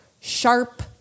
sharp